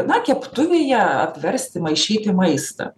na keptuvėje apversti maišyti maistą